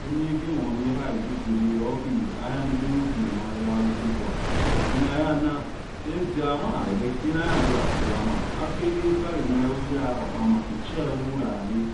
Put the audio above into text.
omi hegemo noyahege guero lohi ayanadenu duna maya okogwa anayana edia mawarere anayana hewakilama abhekhe vare maevo yakpakpama echiovolare